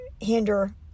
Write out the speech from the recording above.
hinder